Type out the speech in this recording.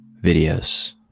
videos